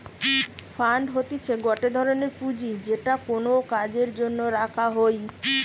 fund হতিছে গটে ধরনের পুঁজি যেটা কোনো কাজের জন্য রাখা হই